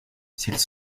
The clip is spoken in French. s’ils